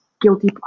guilty